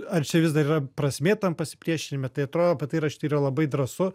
ar čia vis dar yra prasmė tam pasipriešinime tai atrodo apie tai rašyti yra labai drąsu